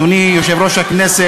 איזה הסבר, אדוני יושב-ראש הכנסת,